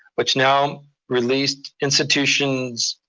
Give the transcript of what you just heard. which now released institutions,